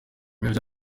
y’ibyo